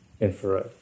infrared